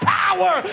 power